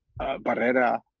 Barrera